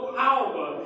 power